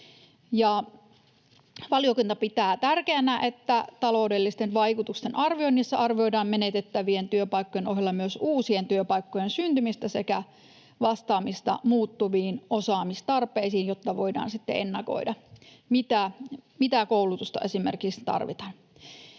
Valiokunta pitää tärkeänä, että taloudellisten vaikutusten arvioinnissa arvioidaan menetettävien työpaikkojen ohella myös uusien työpaikkojen syntymistä sekä vastaamista muuttuviin osaamistarpeisiin, jotta voidaan sitten ennakoida, mitä koulutusta esimerkiksi tarvitaan.